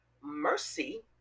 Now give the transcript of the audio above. mercy